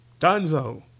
Dunzo